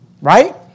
Right